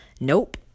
nope